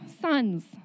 sons